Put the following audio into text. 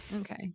Okay